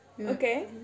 Okay